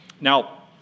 Now